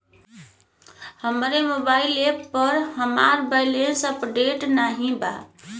हमरे mobile app पर हमार बैलैंस अपडेट नाई बा